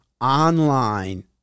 online